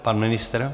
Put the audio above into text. Pan ministr?